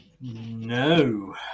No